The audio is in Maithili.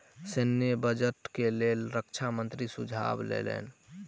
सैन्य बजट के लेल रक्षा मंत्री सुझाव लेलैन